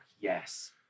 yes